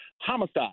homicide